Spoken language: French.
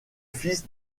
fils